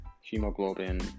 hemoglobin